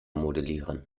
modellieren